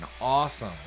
awesome